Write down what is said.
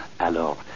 Alors